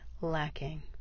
lacking